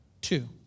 Two